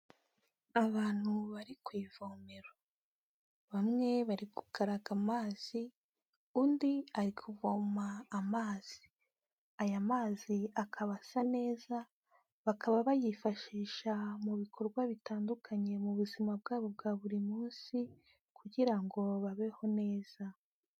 Abantu bari ku ivomero, bamwe bari kukaraga amazi, undi ari kuvoma amazi, aya mazi akaba asa neza bakaba bayifashisha mu bikorwa bitandukanye mu buzima bwabo bwa buri munsi kugira ngo babeho neza.